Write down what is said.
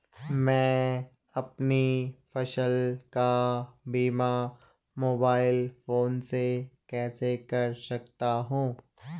मैं अपनी फसल का बीमा मोबाइल फोन से कैसे कर सकता हूँ?